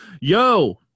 Yo